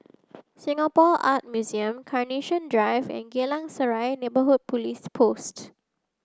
Singapore Art Museum Carnation Drive and Geylang Serai Neighbourhood Police Post